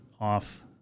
off